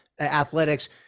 athletics